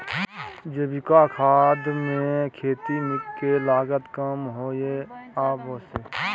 जैविक खाद मे खेती के लागत कम होय ये आ बेसी?